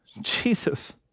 Jesus